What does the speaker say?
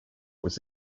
was